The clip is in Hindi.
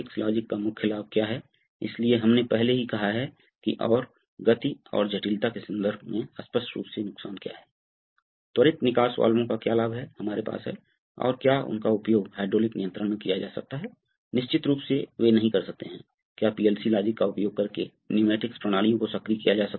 सोलनॉइड कैसे सक्रिय हो जाता है अगर सीमाएं जो समान है एक ही सवाल किया जाता है तो अगर विस्तार और वापसी के दौरान सिलेंडर की गति समान हो तो जब आपके पास पुनर्योजी सर्किट होता है यदि नहीं होता है तो क्या गति तय करता है हमने इसका इसका विश्लेषण किया किया है